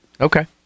Okay